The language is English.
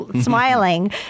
smiling